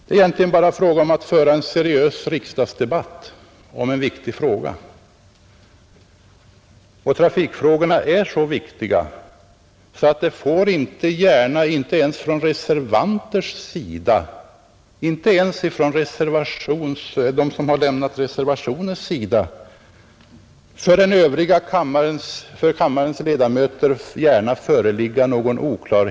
Det är egentligen bara fråga om att föra en seriös Torsdagen den riksdagsdebatt om en viktig fråga, och trafikfrågorna är så viktiga att det = 13 maj 1971 inte ens när det gäller reservationer får föreligga någon oklarhet för de "Den statliga trafikövriga ledmöterna i kammaren om vad som menas.